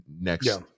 next